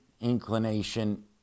inclination